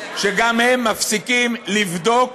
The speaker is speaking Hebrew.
שגם הם מפסיקים, לבדוק,